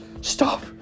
stop